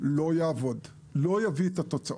לא יעבוד, לא יביא את התוצאות.